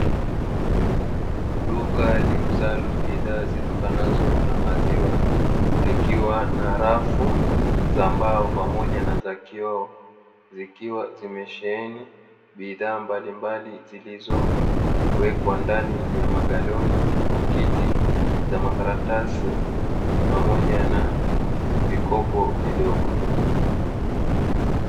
Duka liuzalo bidhaa zitokanazo na maziwa, likiwa na rafu za mbao pamoja na za kioo, zikiwa zimesheheni bidhaa mbalimbali zilizowekwa ndani ya magaloni, vikapu vya makaratasi pamoja na mikopo midogo.